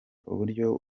uburyo